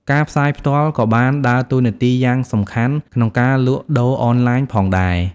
ការផ្សាយផ្ទាល់ក៏បានដើរតួនាទីយ៉ាងសំខាន់ក្នុងការលក់ដូរអនឡាញផងដែរ។